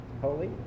Holy